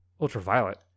Ultraviolet